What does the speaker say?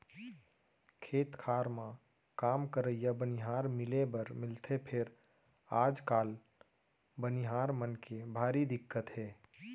खेत खार म काम करइया बनिहार मिले बर मिलथे फेर आजकाल बनिहार मन के भारी दिक्कत हे